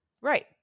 Right